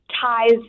ties